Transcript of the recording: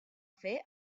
fer